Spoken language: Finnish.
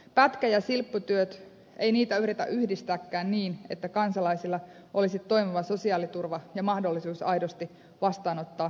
pätkä ja silpputöitä ei yritetä yhdistääkään niin että kansalaisilla olisi toimiva sosiaaliturva ja mahdollisuus aidosti vastaanottaa lyhytaikaisia töitä